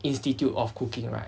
institute of cooking right